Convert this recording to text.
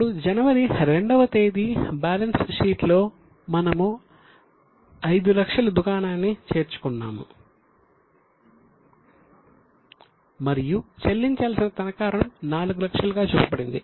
ఇప్పుడు జనవరిలో 2 వ తేదీ బ్యాలెన్స్ షీట్లో మనము 500000 దుకాణాన్ని చేర్చుకున్నాము మరియు చెల్లించాల్సిన తనఖా రుణం 400000 గా చూపబడింది